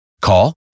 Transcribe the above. Call